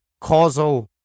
causal